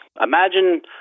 imagine